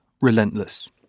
relentless